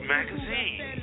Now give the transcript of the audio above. Magazine